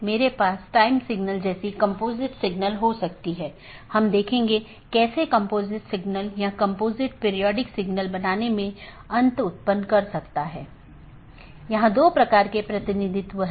किसी भी ऑटॉनमस सिस्टमों के लिए एक AS नंबर होता है जोकि एक 16 बिट संख्या है और विशिष्ट ऑटोनॉमस सिस्टम को विशिष्ट रूप से परिभाषित करता है